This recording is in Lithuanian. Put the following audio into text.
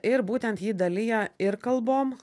ir būtent jį dalija ir kalbom